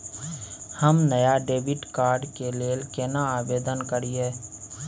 हम नया debit card के लेल केना आवेदन करियै?